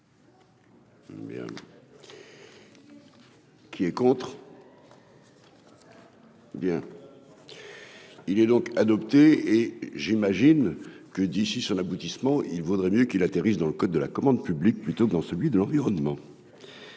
Qui est contre. Bien. Il est donc adopté et j'imagine que d'ici sur l'aboutissement, il vaudrait mieux qu'il atterrisse dans le code de la commande publique plutôt que dans celui de l'environnement.